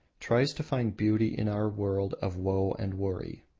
tries to find beauty in our world of woe and worry.